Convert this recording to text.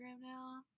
now